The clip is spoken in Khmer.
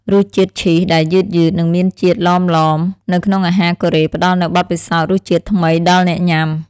រសជាតិឈីសដែលយឺតៗនិងមានជាតិឡមៗនៅក្នុងអាហារកូរ៉េផ្តល់នូវបទពិសោធន៍រសជាតិថ្មីដល់អ្នកញ៉ាំ។